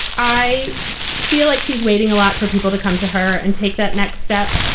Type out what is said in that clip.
i feel like she's waiting a lot for people to come to her and take that next step.